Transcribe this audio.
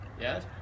yes